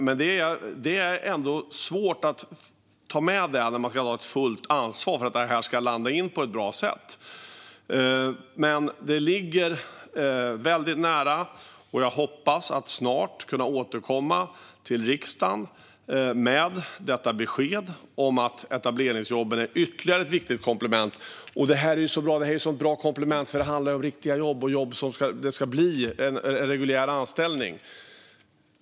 Men det är ändå svårt att ta med det när man ska ta ett fullt ansvar för att detta ska landa på ett bra sätt. Men det ligger väldigt nära, och jag hoppas att snart kunna återkomma till riksdagen med besked om att etableringsjobben är ytterligare ett viktigt komplement. Och detta är ju ett så bra komplement eftersom det handlar om riktiga jobb och jobb som ska leda till en reguljär anställning.